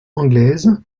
anglaises